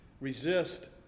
Resist